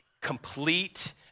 complete